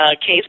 case